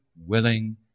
willing